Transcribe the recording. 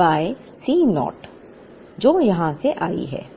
by C naught जो यहाँ से आई है